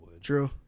True